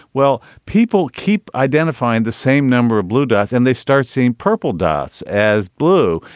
well, people keep identifying the same number of blue dots and they start seeing purple dots as blue.